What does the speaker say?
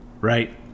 Right